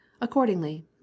Accordingly